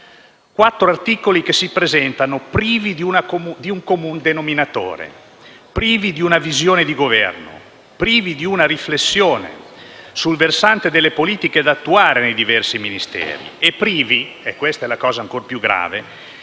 quattro articoli che si presentano privi di un comune denominatore; privi di una visione di Governo; privi di una riflessione sul versante delle politiche da attuare nei diversi Ministeri e privi - e questa è la cosa ancor più grave